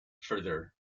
further